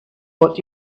what